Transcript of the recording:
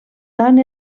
tant